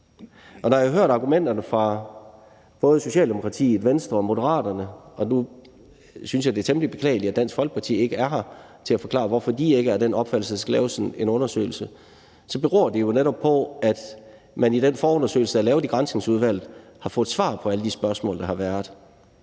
Når jeg hører argumenterne fra både Socialdemokratiet, Venstre og Moderaterne – og jeg synes, det er temmelig beklageligt, at Dansk Folkeparti ikke er her nu til at forklare, hvorfor de ikke er af den opfattelse, at der skal laves en undersøgelse – beror de jo netop på, at man i den forundersøgelse, der er lavet i Granskningsudvalget, har fået svar på alle de spørgsmål, der har været.